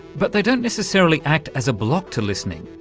but they don't necessarily act as a block to listening.